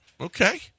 Okay